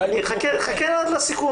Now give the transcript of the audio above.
הפיילוט --- חכה לסיכום.